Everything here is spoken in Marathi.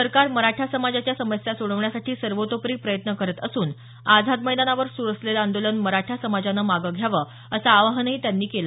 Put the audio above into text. सरकार मराठा समाजाच्या समस्या सोडवण्यासाठी सर्वतोपरी प्रयत्न करत असून आझाद मैदानावर सुरु असलेलं आंदोलन मराठा समाजान माग घ्याव अस आवाहनही त्यांनी यावेळी केलं